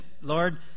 Lord